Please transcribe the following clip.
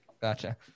Gotcha